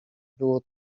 było